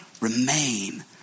remain